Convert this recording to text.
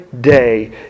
day